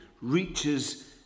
reaches